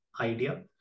idea